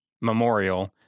memorial